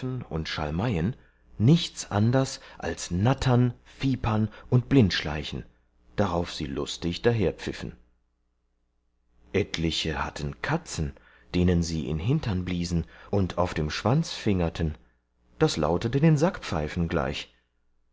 und schalmeien nichts anders als nattern vipern und blindschleichen darauf sie lustig daherpfiffen etliche hatten katzen denen sie in hindern bliesen und auf dem schwanz fingerten das lautete den sackpfeifen gleich